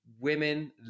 women